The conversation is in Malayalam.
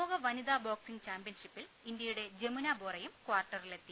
ലോക വനിതാ ബോക്സിങ് ചാമ്പ്യൻഷിപ്പിൽ ഇന്ത്യയുടെ ജമുന ബോറയും കാർട്ടറിലെത്തി